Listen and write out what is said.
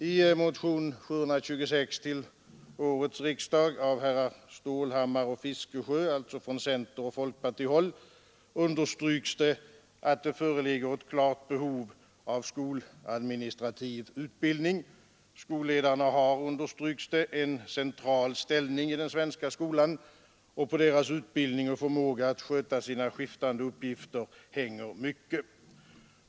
I motionen 726 till årets riksdag av herrar Stålhammar och Fiskesjö, alltså från centeroch folkpartihåll, understryks att det föreligger ett klart behov av skoladministrativ utbildning. Skolledarna har, betonas det, en central ställning i den svenska skolan, och på deras utbildning och förmåga att sköta sina skiftande uppgifter hänger mycket.